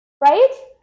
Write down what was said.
Right